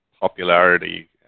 popularity